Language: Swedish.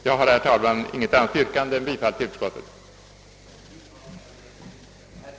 Jag har, herr talman, inget annat yrkande än om bifall till utskottets förslag.